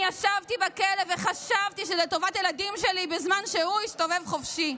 אני ישבתי בכלא וחשבתי שזה לטובת הילדים שלי בזמן שהוא הסתובב חופשי.